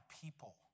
people